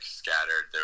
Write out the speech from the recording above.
scattered